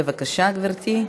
בבקשה, גברתי.